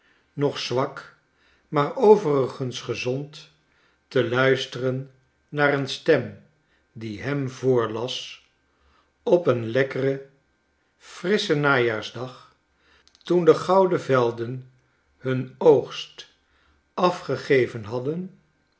nog zwak maar overigens gezond te luisteren naar een stem die hem voorlas op een lekkeren frisschen najaarsdag toen de gouden velden hun oogst afgegeven hadden